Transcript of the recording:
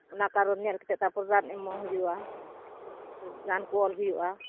ᱚᱱᱟ ᱠᱟᱨᱚᱱ ᱧᱮᱞ ᱠᱟᱛᱮ ᱛᱟᱯᱚᱨ ᱨᱟᱱ ᱮᱢᱚᱜ ᱦᱩᱭᱩᱜᱼᱟ ᱨᱟᱱ ᱠᱚ ᱚᱞ ᱦᱩᱭᱩᱜᱼᱟ